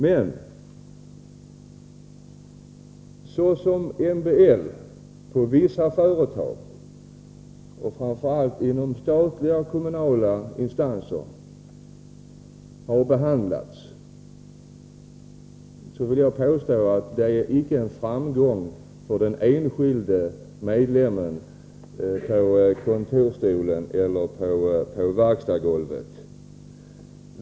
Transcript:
Men såsom MBL har tillämpats på vissa företag, framför allt inom statliga och kommunala instanser, vill jag påstå att lagen inte innebär någon framgång för den enskilde medlemmen på kontorsstolen eller verkstadsgolvet.